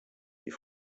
die